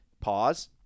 pause